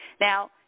Now